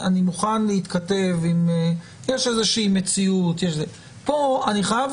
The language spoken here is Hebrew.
אני מוכן התכתב ויש איזושהי מציאות אבל כאן אני חייב